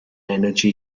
energy